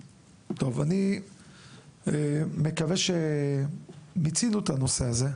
טוב, אני מקווה שמיצינו את הנושא הזה,